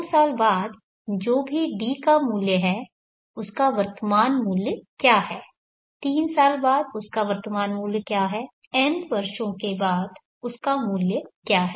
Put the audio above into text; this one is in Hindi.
दो साल बाद जो भी D का मूल्य है उसका वर्तमान मूल्य क्या है तीन साल के बाद उसका वर्तमान मूल्य क्या है n वर्षों के बाद उसका मूल्य क्या है